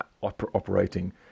operating